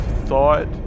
thought